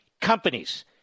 companies